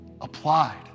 applied